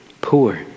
poor